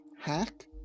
hack